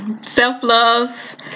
self-love